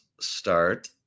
start